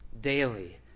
daily